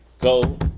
Go